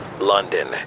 London